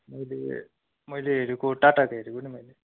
मैले मैले हेरेको टाटाको हेरेको नि मैले